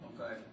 Okay